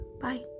Bye